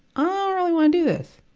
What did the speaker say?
i don't really wanna do this.